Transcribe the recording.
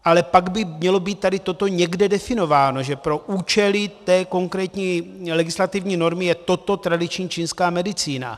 Ale pak by toto mělo být někde definováno, že pro účely té konkrétní legislativní normy je toto tradiční čínská medicína.